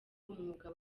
umwuga